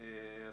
לדעתי,